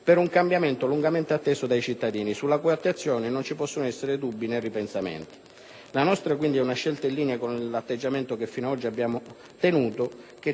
per un cambiamento lungamente atteso dai cittadini, sulla cui attuazione non ci possono essere dubbi né ripensamenti. La nostra, quindi, è una scelta in linea con l'atteggiamento fino ad oggi tenuto,